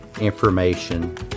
information